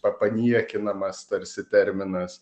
pa paniekinamas tarsi terminas